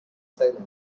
silently